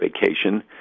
vacation